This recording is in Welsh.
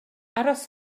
aros